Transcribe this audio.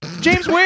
James